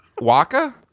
Waka